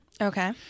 Okay